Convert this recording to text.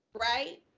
right